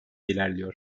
ilerliyor